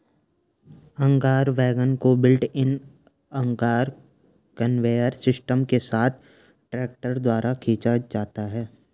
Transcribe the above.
auger wagon को built in auger conveyor system के साथ ट्रैक्टर द्वारा खींचा जाता है